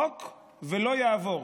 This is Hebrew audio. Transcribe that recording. חוק ולא יעבור,